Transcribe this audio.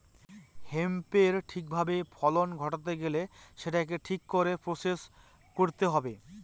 হেম্পের ঠিক ভাবে ফলন ঘটাতে গেলে সেটাকে ঠিক করে প্রসেস করতে হবে